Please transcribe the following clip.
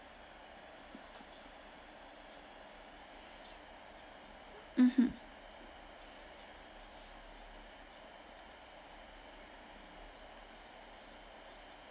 mmhmm